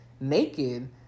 naked